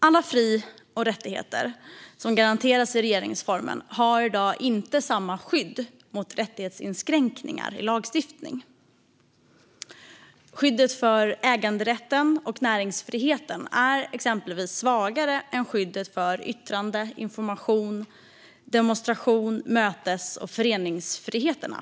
Alla fri och rättigheter som garanteras i regeringsformen har i dag inte samma skydd mot rättighetsinskränkningar i lagstiftning. Skyddet för äganderätten och näringsfriheten är exempelvis svagare än skyddet för yttrande-, informations-, demonstrations-, mötes och föreningsfriheterna.